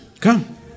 Come